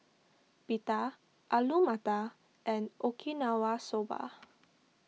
Pita Alu Matar and Okinawa Soba